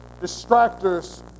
distractors